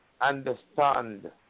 understand